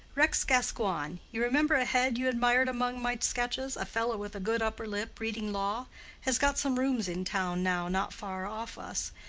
rex gascoigne you remember a head you admired among my sketches, a fellow with a good upper lip, reading law has got some rooms in town now not far off us,